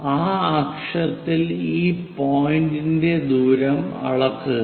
ആ അക്ഷത്തിൽ ഈ പോയിന്റിന്റെ ദൂരം അളക്കുക